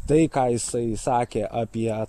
tai ką jisai sakė apie